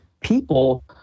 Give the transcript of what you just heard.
people